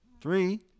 Three